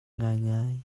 ngaingai